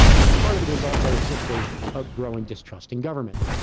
and part of it is also simply of growing distrust in government.